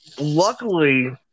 luckily